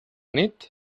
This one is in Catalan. nit